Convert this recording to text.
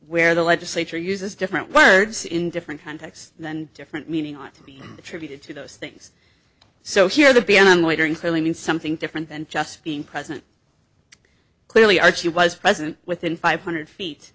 where the legislature uses different words in different contexts than different meaning ought to be attributed to those things so here the be unwavering clearly means something different than just being present clearly archie was present within five hundred feet